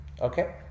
Okay